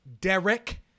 Derek